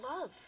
love